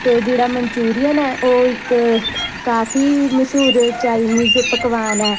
ਅਤੇ ਜਿਹੜਾ ਮਨਚੂਰੀਅਨ ਹੈ ਉਹ ਇੱਕ ਕਾਫੀ ਮਸ਼ਹੂਰ ਚਾਈਨੀਜ਼ ਪਕਵਾਨ ਹੈ